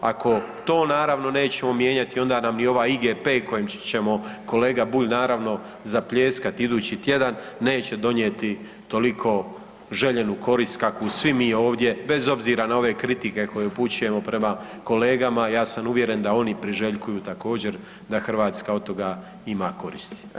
Ako to naravno nećemo mijenjati, onda nam ni ovaj IGP kojim ćemo kolega Bulj naravno zapljeskati idući tjedan neće donijeti toliko željenu korist kakvu svi mi ovdje bez obzira na ove kritike koje upućujemo prema kolegama ja sam uvjeren da oni priželjkuju također da Hrvatska od toga ima koristi.